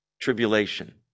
tribulation